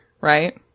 right